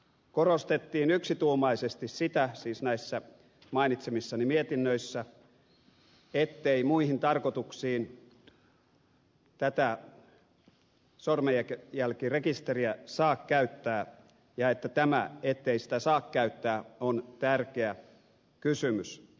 korostettiin yksituumaisesti sitä siis näissä mainitsemissani mietinnöissä ettei muihin tarkoituksiin tätä sormenjälkirekisteriä saa käyttää ja että tämä ettei sitä saa käyttää on tärkeä kysymys